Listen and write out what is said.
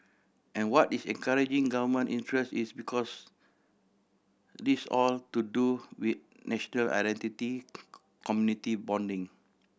and what is encouraging Government interest is because this all to do with national identity community bonding